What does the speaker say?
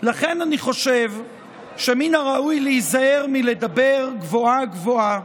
"לכן אני חושב שמן הראוי להיזהר מלדבר גבוהה-גבוהה,